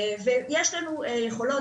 ויש לנו יכולות,